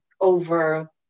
over